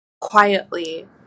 quietly